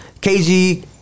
KG